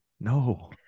No